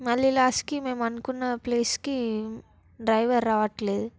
మళ్ళీ లాస్టుకి మేము అనుకున్నప్లేస్కి డ్రైవర్ రావటం లేదు